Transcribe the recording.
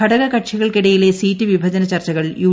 ഘടകക്ഷികൾക്കിടയിലെ seat വിഭജന ചർച്ചകൾ U